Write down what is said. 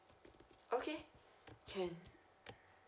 okay can